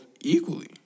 equally